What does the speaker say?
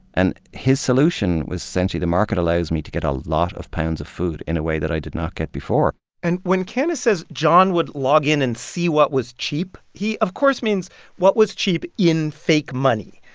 and his solution was essentially, the market allows me to get a lot of pounds of food in a way that i did not get before and when canice says john would log in and see what was cheap, he of course means what was cheap in fake money.